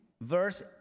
verse